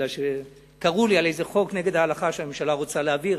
כי קראו לי על איזה חוק נגד ההלכה שהממשלה רוצה להעביר.